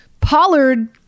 Pollard